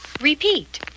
Repeat